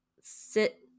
sit